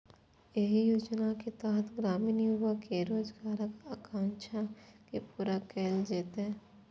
एहि योजनाक तहत ग्रामीण युवा केर रोजगारक आकांक्षा के पूरा कैल जेतै